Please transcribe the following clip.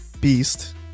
beast